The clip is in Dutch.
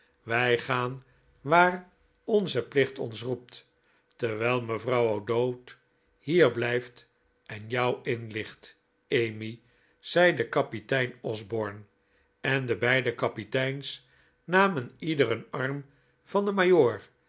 wij gaan waar onze plicht ons roept terwijl mevrouw o'dowd hier blijft en jou inlicht emmy zeide kapitein osborne en de beide kapiteins namen ieder een arm van den